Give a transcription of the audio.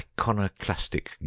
iconoclastic